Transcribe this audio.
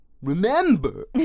Remember